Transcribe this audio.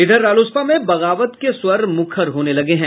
इधर रालोसपा में बगावत के स्वर मुखर होने लगे हैं